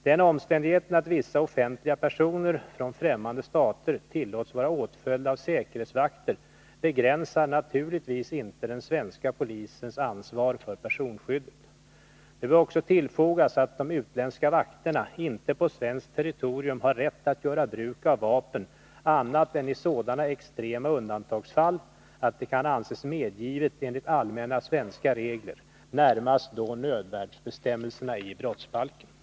Den omständigheten att vissa offentliga personer från främmande stater tillåts vara åtföljda av säkerhetsvakter begränsar naturligtvis inte den svenska polisens ansvar för personskyddet. Det bör också tillfogas att de utländska vakterna inte på svenskt territorium har rätt att göra bruk av vapen annat än i sådana extrema undantagsfall att det kan anses medgivet enligt allmänna svenska regler, närmast då nödvärnsbestämmelserna i brottsbalken.